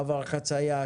מעבר חציה,